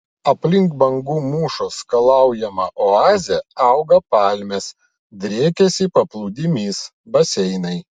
aplink bangų mūšos skalaujamą oazę auga palmės driekiasi paplūdimys baseinai